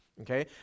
okay